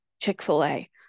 Chick-fil-A